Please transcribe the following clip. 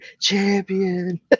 champion